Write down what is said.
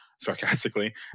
Sarcastically